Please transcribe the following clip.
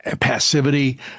passivity